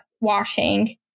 washing